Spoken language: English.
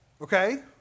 Okay